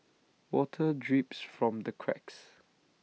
water drips from the cracks